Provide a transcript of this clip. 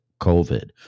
COVID